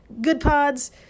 GoodPods